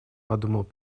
подумал